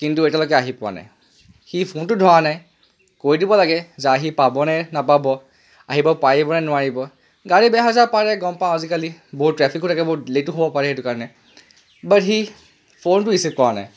কিন্তু এতিয়ালৈকে আহি পোৱা নাই সি ফোনটো ধৰা নাই কৈ দিব লাগে যে সি আহি পাব নে নাপাব আহিব পাৰিব নে নোৱাৰিব গাড়ী বেয়া হৈ যাব পাৰে গম পাওঁ আজিকালি বহুত ট্ৰেফিকো থাকে বহুত লেইটো হ'ব পাৰে আজিকালি বাট সি ফোনটো ৰিচিভ কৰা নাই